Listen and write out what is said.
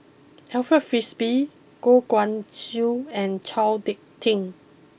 Alfred Frisby Goh Guan Siew and Chao Hick Tin